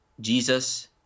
Jesus